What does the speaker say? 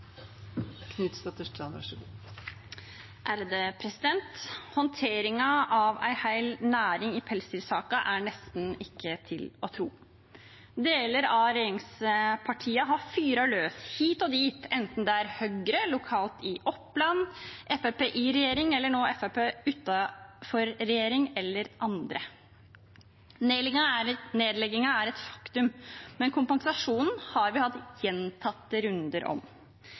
nesten ikke til å tro. Deler av regjeringspartiene har fyrt løs hit og dit, enten det er Høyre lokalt i Oppland, Fremskrittspartiet i regjering eller nå Fremskrittspartiet utenfor regjering eller andre. Nedleggingen er et faktum, men kompensasjonen har vi hatt gjentatte runder om.